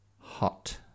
hot